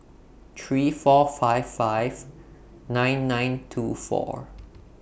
three four five five nine nine two four